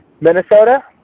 Minnesota